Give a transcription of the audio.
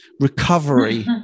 recovery